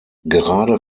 gerade